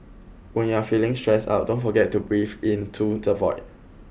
when you are feeling stressed out don't forget to breathe into the void